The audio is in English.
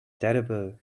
terrible